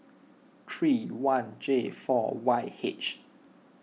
three one J four Y H